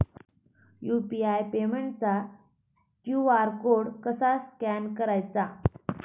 UPI पेमेंटचा QR code कसा scan करायचा?